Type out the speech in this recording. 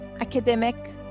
academic